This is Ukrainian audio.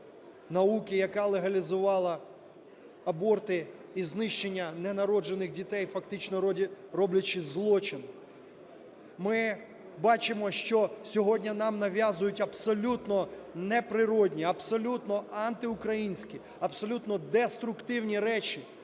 науки, які легалізувала аборти і знищення ненароджених дітей, фактично роблячи злочин. Ми бачимо, що сьогодні нам нав'язують абсолютно неприродні, абсолютно антиукраїнські, абсолютно деструктивні речі.